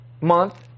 month